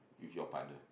with your partner